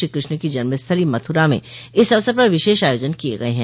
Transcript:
श्री कृष्ण की जन्मस्थली मथुरा में इस अवसर पर विशेष आयोजन किये गये हैं